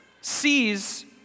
sees